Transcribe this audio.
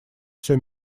все